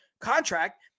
contract